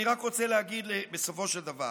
אני רק רוצה להגיד בסופו של דבר: